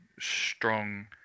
strong